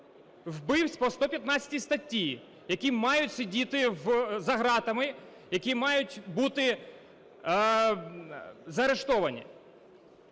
Вбивць по 115 статті, які мають сидіти за гратами, які мають бути заарештовані.